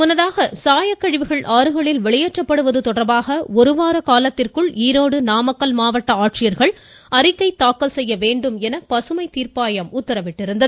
முன்னதாக சாயக்கழிவுகள் ஆறுகளில் வெளியேற்றப்படுவது தொடர்பாக ஒருவார காலத்திற்குள் ஈரோடு நாமக்கல் மாவட்ட ஆட்சியா்கள் அறிக்கை தாக்கல் செய்ய வேண்டும் என பசுமை தீர்ப்பாயம் உத்தரவிட்டுள்ளது